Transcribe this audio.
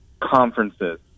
conferences